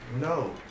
No